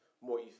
more